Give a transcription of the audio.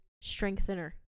strengthener